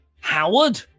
Howard